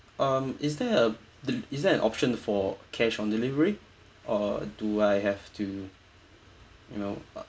um is there a the is there an option for cash on delivery or do I have to you know